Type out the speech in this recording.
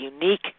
unique